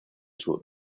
sur